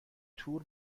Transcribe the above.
تور